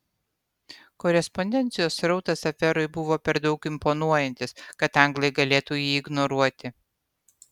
korespondencijos srautas abverui buvo per daug imponuojantis kad anglai galėtų jį ignoruoti